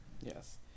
yes